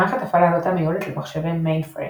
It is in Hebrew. מערכת הפעלה זאת הייתה מיועדת למחשבי Mainframe.